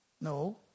No